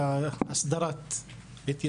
לפחות במשמרת שלי,